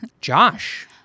Josh